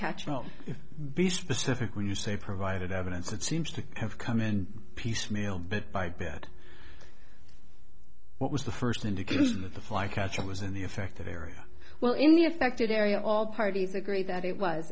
catchment be specific when you say provided evidence it seems to have come in piecemeal bit by bit what was the first indication that the fly catcher was in the affected area well in the affected area all parties agree that it was